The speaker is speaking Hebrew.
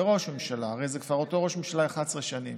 וראש ממשלה, הרי זה אותו ראש ממשלה כבר 11 שנים,